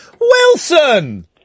Wilson